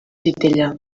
titella